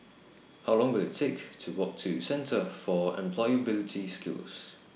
How Long Will IT Take to Walk to Centre For Employability Skills